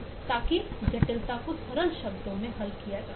ताकि जटिल समस्याओं को सरल शब्दों में हल किया जा सके